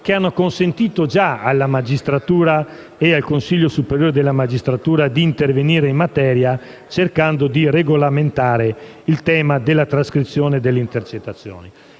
hanno consentito già alla magistratura e al Consiglio superiore della magistratura di intervenire in materia cercando di regolamentare il tema della trascrizione delle intercettazioni.